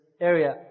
area